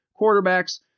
quarterbacks